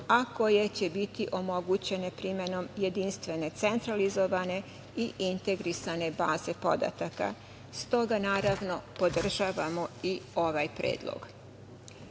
a koje će biti omogućene primenom jedinstvene centralizovane i integrisane baze podataka. Stoga, naravno, podržavamo i ovaj